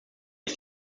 ist